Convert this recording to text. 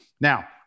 Now